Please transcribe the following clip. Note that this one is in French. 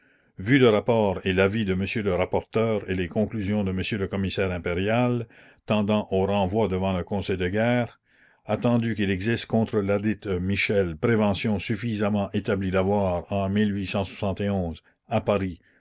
vu le rapport et l'avis de m le rapporteur et les conclusions de m le commissaire impérial tendant au renvoi devant le conseil de guerre attendu qu'il existe contre ladite michel prévention suffisamment établie d'avoir en à paris